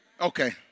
Okay